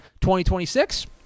2026